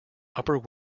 upper